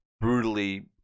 brutally